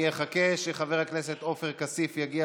אני אחכה שחבר הכנסת עופר כסיף יגיע